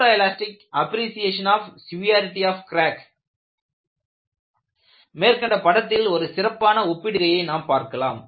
photo elastic appreciation of severity of crack மேற்கண்ட படத்தில் ஒரு சிறப்பான ஒப்பிடுகையை நாம் பார்க்கலாம்